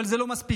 אבל זה לא מספיק.